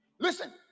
Listen